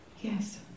Yes